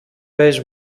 πες